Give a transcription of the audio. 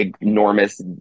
enormous